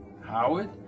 Howard